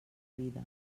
vida